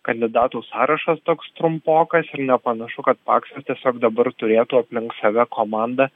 kandidatų sąrašas toks trumpokas ir nepanašu kad paksas tiesiog dabar turėtų aplink save komandą